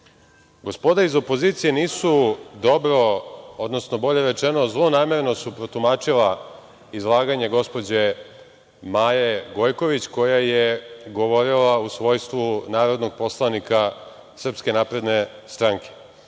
stranke? Gospoda iz opozicije nisu dobro, odnosno bolje rečeno zlonamerno su protumačili izlaganje gospođe Maje Gojković, koja je govorila u svojstvu narodnog poslanika SNS. Gospođa